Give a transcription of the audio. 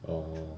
orh